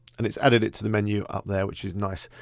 and it's added it to the menu up there which is nice.